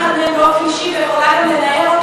אחד מהם באופן אישי ויכולה גם לנער אותו.